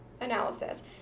analysis